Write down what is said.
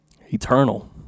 eternal